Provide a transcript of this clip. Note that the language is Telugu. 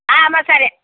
అమ్మ సరే